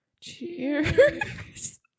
Cheers